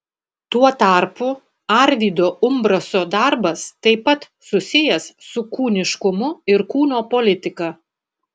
tuo tarpu arvydo umbraso darbas taip pat susijęs su kūniškumu ir kūno politika